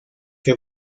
que